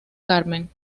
carmen